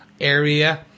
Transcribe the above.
area